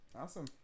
awesome